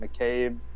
McCabe